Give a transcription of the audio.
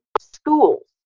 schools